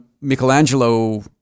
Michelangelo